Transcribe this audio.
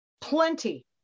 plenty